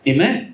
Amen